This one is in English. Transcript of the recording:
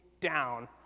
down